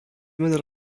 middle